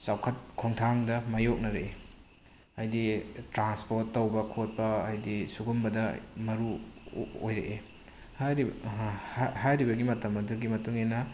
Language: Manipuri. ꯆꯥꯎꯈꯠ ꯈꯣꯡꯊꯥꯡꯗ ꯃꯥꯏꯌꯣꯛꯅꯔꯛꯏ ꯍꯥꯏꯗꯤ ꯇ꯭ꯔꯥꯟꯁꯄ꯭ꯣꯔꯠ ꯇꯧꯕ ꯈꯣꯠꯄ ꯍꯥꯏꯗꯤ ꯁꯤꯒꯨꯝꯕꯗ ꯃꯔꯨ ꯑꯣꯏꯔꯛꯏ ꯍꯥꯏꯔꯤꯕꯒꯤ ꯃꯇꯝ ꯑꯗꯨꯒꯤ ꯃꯇꯨꯡꯏꯟꯅ